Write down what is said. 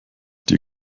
dir